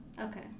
Okay